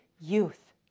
youth